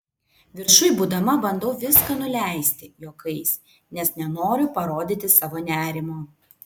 viršuj būdama bandau viską nuleisti juokais nes nenoriu parodyti savo nerimo